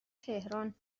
تهران